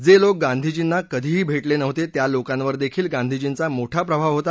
जे लोक गांधीर्जीना कधीही भेटले नव्हते त्या लोकांवर देखील गांधीजींचा मोठा प्रभाव होता